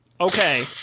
Okay